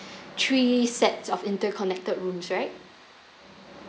three sets of interconnected rooms right